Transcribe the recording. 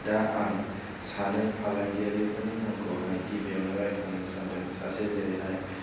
दा आं सानै फालांगियारिफोरनि मुंखौहाय गिबियावनो रायखांनो सानदों सासे जेरैहाय